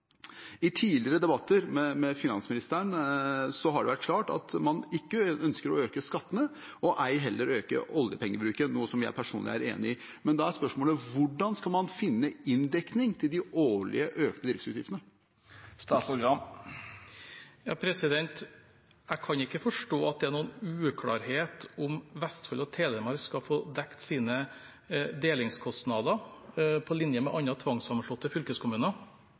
I tidligere debatter med finansministeren har det vært klart at man ikke ønsker å øke skattene, og ei heller øke oljepengebruken – noe jeg personlig er enig i. Men da er spørsmålet: Hvordan skal man finne inndekning til de årlige, økte driftsutgiftene? Jeg kan ikke forstå at det er noen uklarhet om hvorvidt Vestfold og Telemark skal få dekket sine delingskostnader, på linje med andre tvangssammenslåtte fylkeskommuner.